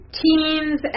teens